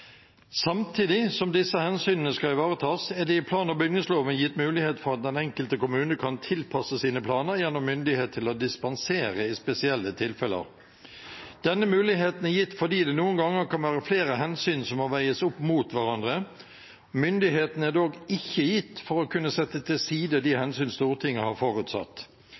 Samtidig som disse hensynene skal ivaretas, er det i plan- og bygningsloven gitt mulighet for at den enkelte kommune kan tilpasse sine planer gjennom myndighet til å dispensere i spesielle tilfeller. Denne muligheten er gitt fordi det noen ganger kan være flere hensyn som må veies opp mot hverandre. Myndigheten er dog ikke gitt for å kunne sette til side de hensyn Stortinget har forutsatt.